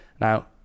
now